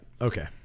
okay